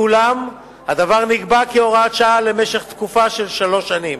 ואולם הדבר נקבע כהוראת שעה למשך תקופה של שלוש שנים,